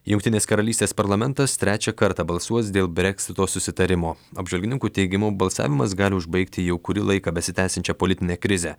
jungtinės karalystės parlamentas trečią kartą balsuos dėl breksito susitarimo apžvalgininkų teigimu balsavimas gali užbaigti jau kurį laiką besitęsiančią politinę krizę